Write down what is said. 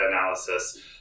analysis